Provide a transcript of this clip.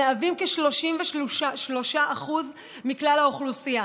המהווים כ-33% מכלל האוכלוסייה.